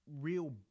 real